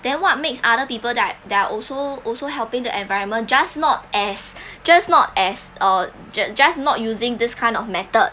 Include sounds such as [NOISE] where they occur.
then what makes other people that they're are also also helping the environment just not as [BREATH] just not as uh ju~ just not using this kind of method